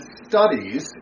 studies